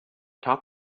top